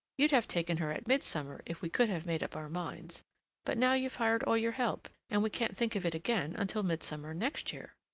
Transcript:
you'd have taken her at midsummer if we could have made up our minds but now you've hired all your help, and we can't think of it again until midsummer next year.